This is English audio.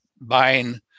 buying